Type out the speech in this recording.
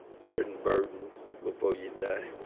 certain burdens before you die